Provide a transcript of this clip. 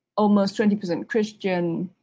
almost twenty percent christian,